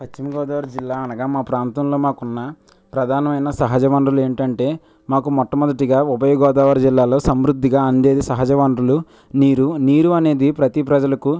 పశ్చిమగోదావరి జిల్లా అనగా మా ప్రాంతంలో మాకు ఉన్న ప్రధానమైన సహజ వనరులు ఏంటి అంటే మాకు మొట్టమొదటిగా ఉభయగోదావరి జిల్లాలో సమృద్ధిగా అందేది సహజ వనరులు నీరు నీరు అనేది ప్రతీ ప్రజలకు